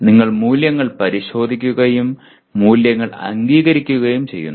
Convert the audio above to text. നിങ്ങൾ മൂല്യങ്ങൾ പരിശോധിക്കുകയും മൂല്യങ്ങൾ അംഗീകരിക്കുകയും ചെയ്യുന്നു